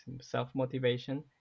self-motivation